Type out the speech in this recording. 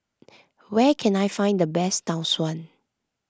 where can I find the best Tau Suan